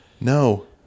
No